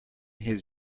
his